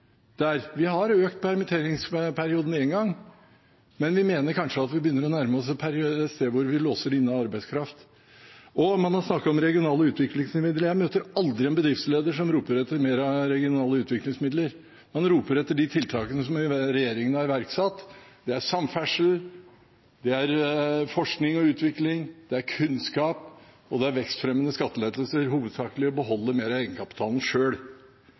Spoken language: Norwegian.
der. Vi har økt permitteringsperioden én gang, men vi mener kanskje at vi begynner å nærme oss et sted hvor vi låser inne arbeidskraft. Og man har snakket om regionale utviklingsmidler. Jeg møter aldri en bedriftsleder som roper etter mer regionale utviklingsmidler, man roper etter de tiltakene denne regjeringen har iverksatt. Det er samferdsel, det er forskning og utvikling, det er kunnskap, og det er vekstfremmende skattelettelser – hovedsakelig å beholde mer av egenkapitalen